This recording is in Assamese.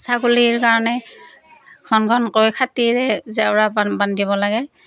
ছাগলীৰ কাৰণে ঘন ঘনকৈ খাটিৰে জেওৰা বান্ধিব লাগে